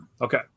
Okay